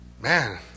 Man